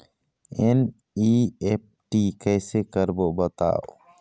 NEFT कैसे करबो बताव?